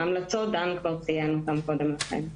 את ההמלצות דן ציין כבר קודם לכן.